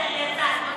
מחילה.